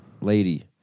lady